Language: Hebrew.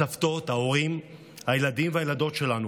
הסבתות, ההורים, הילדים והילדות שלנו,